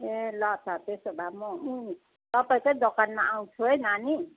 ए ल त त्यसो भए म उम् तपाईँकै दोकानमा आउँछु है नानी